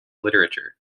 literature